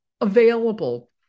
available